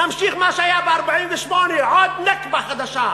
להמשיך מה שהיה ב-1948, עוד, נכבה חדשה,